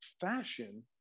fashion